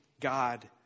God